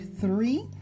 three